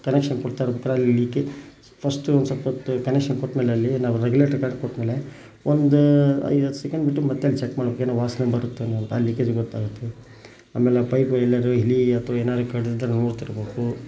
connection ಕೊಡ್ತಾ ಅಲ್ಲಿ leakage first ಸ್ವಲ್ಪೊತ್ತು ಕನೆಕ್ಷನ್ ಕೊಟ್ಮೇಲೆ ಅಲ್ಲಿ ನಾವು ರೆಗ್ಯುಲೆಟ್ರ್ಗೆ ಕನೆಕ್ಟ್ ಕೊಟ್ಮೇಲೆ ಒಂದು ಐವತ್ತು ಸೆಕೆಂಡ್ ಬಿಟ್ಟು ಮತ್ತೆ ಅದನ್ನ ಚೆಕ್ ಮಾಡಬೇಕು ಏನು ವಾಸನೆ ಬರುತ್ತೇನೋ ಅಲ್ಲಿ ಲೀಕೇಜ್ ಗೊತ್ತಾಗುತ್ತೆ ಆಮೇಲೆ ಆ ಪೈಪ್ ಎಲ್ಲಾದ್ರೂ ಇಲಿ ಅಥವಾ ಏನಾದ್ರೂ ಕಡಿದಿದ್ರೆ ನೋಡ್ತಿರಬೇಕು